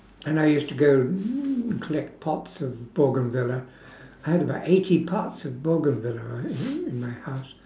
and I used to go collect pots of bougainvillea I had about eighty pots of bougainvillea i~ i~ in my house